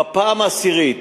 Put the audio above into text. בפעם העשירית,